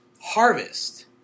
harvest